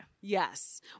yes